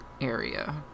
area